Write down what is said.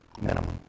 minimum